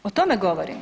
O tome govorim.